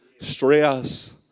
stress